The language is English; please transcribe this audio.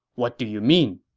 what do you mean?